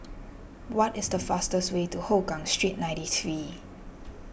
what is the fastest way to Hougang Street ninety three